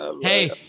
Hey